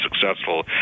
successful